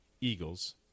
Eagles